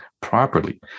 properly